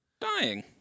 Dying